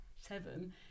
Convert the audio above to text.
seven